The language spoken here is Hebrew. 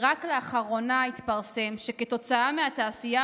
ורק לאחרונה התפרסם שכתוצאה מהתעשייה